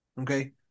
Okay